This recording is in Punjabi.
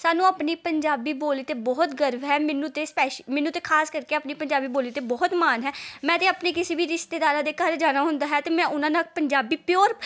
ਸਾਨੂੰ ਆਪਣੀ ਪੰਜਾਬੀ ਬੋਲੀ 'ਤੇ ਬਹੁਤ ਗਰਵ ਹੈ ਮੈਨੂੰ ਤਾਂ ਸਪੈਸ਼ ਮੈਨੂੰ ਤਾਂ ਖਾਸ ਕਰਕੇ ਆਪਣੀ ਪੰਜਾਬੀ ਬੋਲੀ 'ਤੇ ਬਹੁਤ ਮਾਨ ਹੈ ਮੈਂ ਤਾਂ ਆਪਣੇ ਕਿਸੇ ਵੀ ਰਿਸ਼ਤੇਦਾਰਾਂ ਦੇ ਘਰ ਜਾਣਾ ਹੁੰਦਾ ਹੈ ਅਤੇ ਮੈਂ ਉਹਨਾਂ ਨਾਲ ਪੰਜਾਬੀ ਪਿਓਰ